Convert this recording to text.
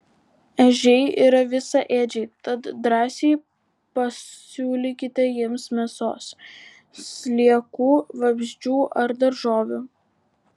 ežiai yra visaėdžiai tad drąsiai pasiūlykite jiems mėsos sliekų vabzdžių ar daržovių